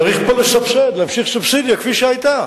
צריך פה לסבסד, להמשיך סובסידיה כפי שהיתה.